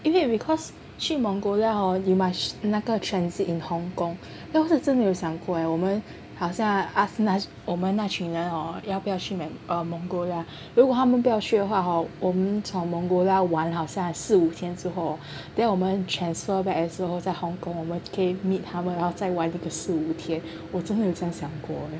因为 because 去 Mongolia hor 你 must 那个 transit in Hong Kong 要是真的有想过我们好像 ask 我们那些那群人要不要去 Mongolia 如果他们不要去的话好我们从 Mongolia 玩好像四五天之后 then 我们 transfer back as 之后在 Hong Kong 我们可以 meet 他们玩个四五天我真的有这样想过